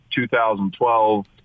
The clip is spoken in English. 2012